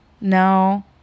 no